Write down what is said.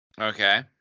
Okay